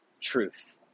truth